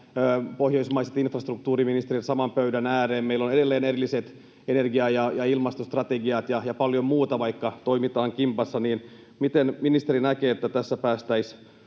pohjoismaiset infrastruktuuriministerit saman pöydän ääreen. Meillä on edelleen erilliset energia- ja ilmastostrategiat ja paljon muuta, vaikka toimitaan kimpassa. Niin miten ministeri näkee, että tässä päästäisiin